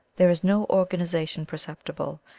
there is no organization perceptible,